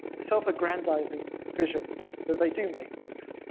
self-aggrandizing vision that they do make books,